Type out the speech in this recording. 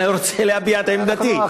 אני רוצה להביע את עמדתי.